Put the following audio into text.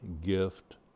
gift